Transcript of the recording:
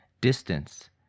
Distance